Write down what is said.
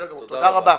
תודה רבה.